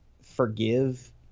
forgive